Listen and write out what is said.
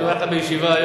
לא אמרתי העובדות.